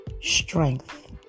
strength